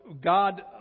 God